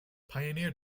pioneer